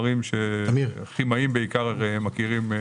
שאלה חומרים שכימאים בעיקר מכירים.